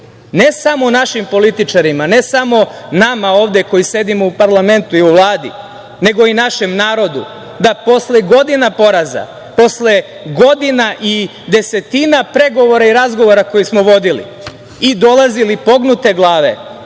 ne samo našim političarima, ne samo nama ovde koji sedimo u parlamentu i u Vladi, nego i našem narodu, da posle godina poraza, posle godina i desetina pregovora i razgovora koje smo vodili i dolazili pognute glave,